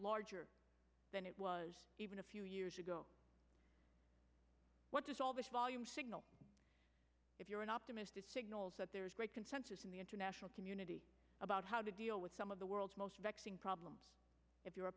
larger than it was even a few years ago what does all this volume signal if you're an optimist it signals that there is great consensus in the international community about how to deal with some of the world's most vexing problem if you're a